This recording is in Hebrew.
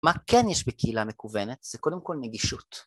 מה כן יש בקהילה מקוונת? זה קודם כל נגישות